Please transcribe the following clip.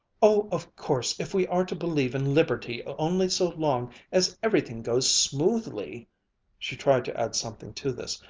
oh, of course if we are to believe in liberty only so long as everything goes smoothly she tried to add something to this,